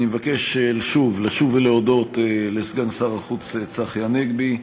אני מבקש לשוב ולהודות לסגן שר החוץ צחי הנגבי,